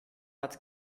hatte